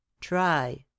Try